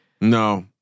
No